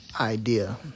idea